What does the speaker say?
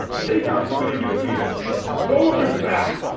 take out the baby, the fetus sew up it's back,